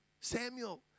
Samuel